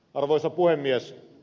arvoisa puhemies